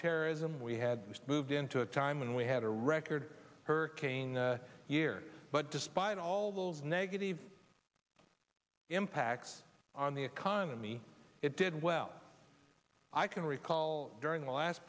terrorism we had moved into a time when we had a record hurricane year but despite all those negative impacts on the economy it did well i can recall during the last